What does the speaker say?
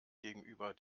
gegenüber